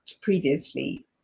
previously